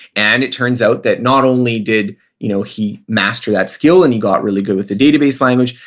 and it turns out that not only did you know he master that skill and he got really good with the database language,